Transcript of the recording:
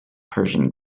persian